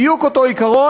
בדיוק אותו עיקרון,